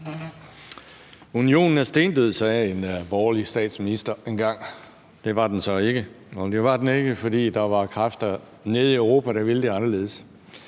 Unionen er stendød, sagde en borgerlig statsminister engang. Det var den så ikke, for der var kræfter nede i Europa, der ville det anderledes.